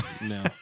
No